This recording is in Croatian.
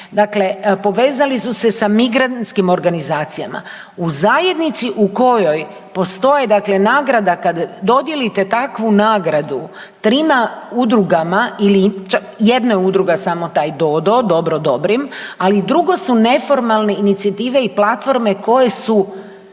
dakle, povezali su se sa migrantskim organizacijama, u zajednici u kojoj postoje nagrada kad dodijelite takvu nagradu trima udrugama ili jedno je udruga samo taj DoDo, Dobro Dobrim, ali drugo se neformalne inicijative i platforme koje su,